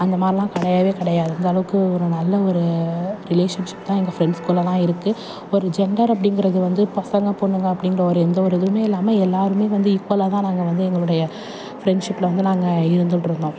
அந்த மாதிரிலாம் கிடையவே கிடையாது அந்த அளவுக்கு ஒரு நல்ல ஒரு ரிலேஷன்ஷிப் தான் எங்கள் ஃப்ரெண்ட்ஸ்குள்ளேலாம் இருக்கு ஒரு ஜென்டர் அப்படிங்கிறது வந்து பசங்க பொண்ணுங்க அப்படிங்கிற ஒரு எந்த ஒரு இதுவுமே இல்லாமல் எல்லாருமே வந்து ஈக்குவலாக தான் நாங்கள் வந்து எங்களுடைய ஃப்ரெண்ட்ஷிப்பில் வந்து நாங்கள் இருந்துட்டு இருந்தோம்